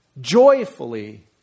joyfully